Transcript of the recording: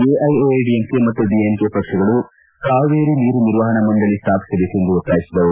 ಎಐಎಡಿಎಂಕೆ ಮತ್ತು ಡಿಎಂಕೆ ಪಕ್ಷಗಳು ಕಾವೇರಿ ನೀರು ನಿರ್ವಹಣಾಮಂಡಳಿ ಸ್ವಾಪಿಸಬೇಕೆಂದು ಒತ್ತಾಯಿಸಿದವು